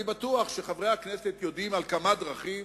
אני בטוח שחברי הכנסת יודעים על כמה דרכים,